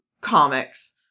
comics